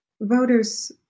voters